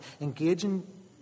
Engaging